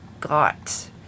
got